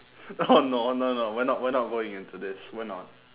oh no no no we're not we're not going into this we're not